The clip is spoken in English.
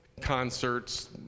concerts